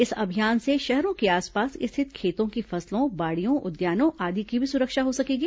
इस अभियान से शहरों के आसपास स्थित खेतों की फसलों बाड़ियों उद्यानों आदि की भी सुरक्षा हो सकेगी